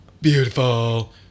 beautiful